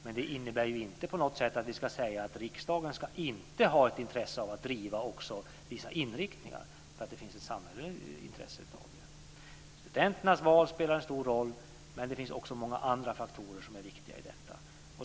Men det innebär inte på något sätt att vi ska säga att riksdagen inte ska ha ett intresse av att driva också vissa inriktningar, för det finns ett samhälleligt intresse här. Studenternas val spelar en stor roll, men det finns också många andra faktorer som är viktiga i detta.